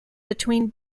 between